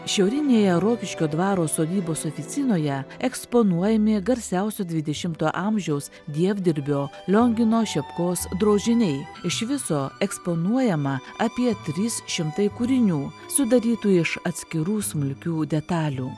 šiaurinėje rokiškio dvaro sodybos oficinoje eksponuojami garsiausio dvidešimto amžiaus dievdirbio liongino šepkos drožiniai iš viso eksponuojama apie trys šimtai kūrinių sudarytų iš atskirų smulkių detalių